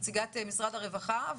נציגת משרד הרווחה,